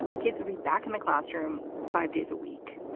kids reback in the classroom five days a week,